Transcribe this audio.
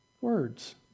words